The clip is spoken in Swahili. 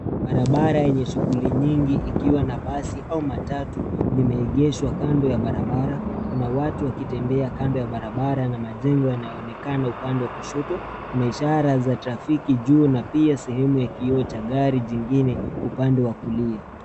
Barabara yenye shughuli nyingi ikiwa na basi au matatu imeegeshwa kando ya barabara .Kuna watu wakitembea kando ya barabara na majengo yanaonekana upande wa kushoto. Kuna ishara za trafiki juu na pia sehemu ya kioo ya gari jingine upande wa kulia.